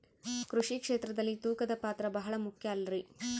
ಕೃಷಿ ಕ್ಷೇತ್ರದಲ್ಲಿ ತೂಕದ ಪಾತ್ರ ಬಹಳ ಮುಖ್ಯ ಅಲ್ರಿ?